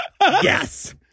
Yes